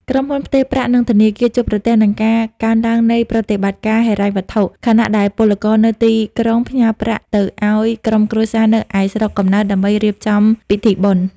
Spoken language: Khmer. ក្រុមហ៊ុនផ្ទេរប្រាក់ និងធនាគារជួបប្រទះនឹងការកើនឡើងនៃប្រតិបត្តិការហិរញ្ញវត្ថុ ខណៈដែលពលករនៅទីក្រុងផ្ញើប្រាក់ទៅឱ្យក្រុមគ្រួសារនៅឯស្រុកកំណើតដើម្បីរៀបចំពិធីបុណ្យ។